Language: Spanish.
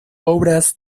obras